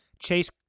Chase